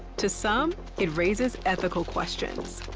to some, it raises ethical questions.